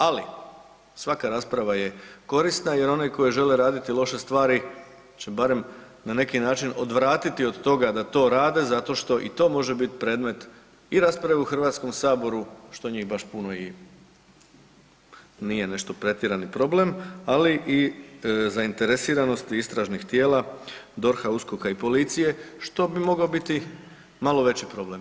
Ali svaka rasprava je korisna, jer oni koji žele raditi loše stvari će barem na neki način odvratiti od toga da to rade zato što i to može bit predmet i rasprave u Hrvatskom saboru što njih baš puno i nije nešto pretjerani problem, ali i zainteresiranost istražnih tijela, DORH-a, USKOK-a i policije što bi mogao biti malo veći problem.